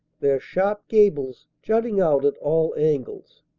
their sharp gables jutting out at all angles.